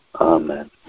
Amen